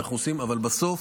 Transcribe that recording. אבל בסוף